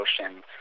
Ocean